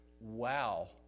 Wow